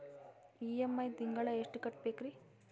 EMI ತಿಂಗಳ ಎಷ್ಟು ಕಟ್ಬಕ್ರೀ?